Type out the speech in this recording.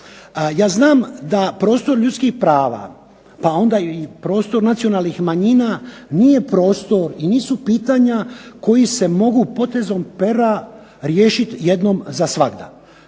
ja znam da prostor ljudskih prava pa onda i prostor nacionalnih manjina, nije prostor i nisu pitanja koji se mogu potezom pera riješit jednom za svagda.